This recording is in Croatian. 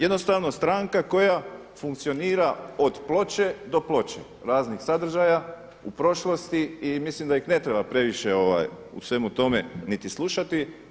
Jednostavno stranka koja funkcionira od ploče do ploče raznih sadržaja u prošlosti i mislim da ih ne treba previše u svemu tome niti slušati.